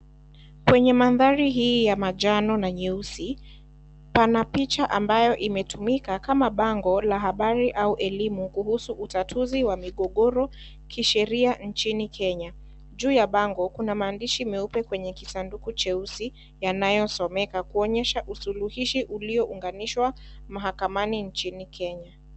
Kwenye mandhari hii ya manjano na nyeusi, pana picha ambayo imetumika kama bango la habari ama elimu kuhusu utatuzi wa migogoro kisheria nchini Kenya, juu ya bango kuna maandishi meupe kwenye kisanduku cheusi yanayosomeka kuonyesha usuluhishi ulio unganishwa mahakamani nchini Kenya.